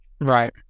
right